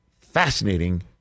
fascinating